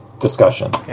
discussion